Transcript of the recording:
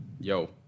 Yo